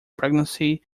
pregnancy